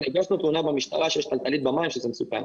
הגשנו תלונה במשטרה שיש תלתלית במים וכי זה מסוכן.